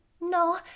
No